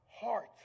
heart